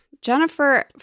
jennifer